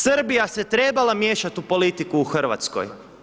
Srbija se trebala miješati u politiku u Hrvatskoj.